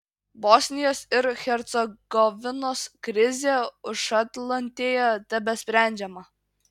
bosnijos ir hercegovinos krizė užatlantėje tebesprendžiama